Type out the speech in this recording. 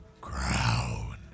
crown